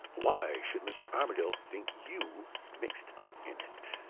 why should mr. armadale think you mixed up in it